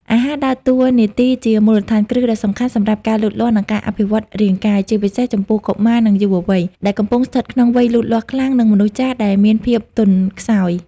អាហារដើរតួនាទីជាមូលដ្ឋានគ្រឹះដ៏សំខាន់សម្រាប់ការលូតលាស់ និងការអភិវឌ្ឍរាងកាយ ជាពិសេសចំពោះ កុមារ និងយុវវ័យ ដែលកំពុងស្ថិតក្នុងវ័យលូតលាស់ខ្លាំងនិងមនុស្សចាស់ដែលមានភាពទន់ខ្សោយ។